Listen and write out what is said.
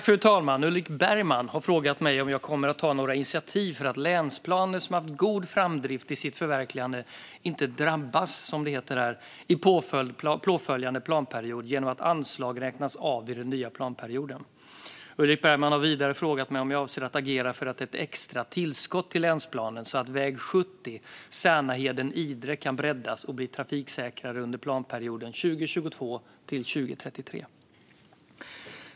Fru talman! har frågat mig om jag kommer att ta några initiativ för att länsplaner som haft god framdrift i sitt förverkligande inte drabbas, som det heter här, i påföljande planperiod genom att anslag räknas av i den nya planperioden. Ulrik Bergman har vidare frågat mig om jag avser att agera för ett extra tillskott till länsplanen så att väg 70 Särnaheden-Idre kan breddas och bli trafiksäkrare under planperioden 2022-2033.